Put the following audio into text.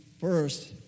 first